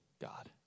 God